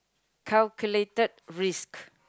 calculated risk